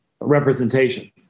representation